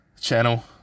channel